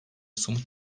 somut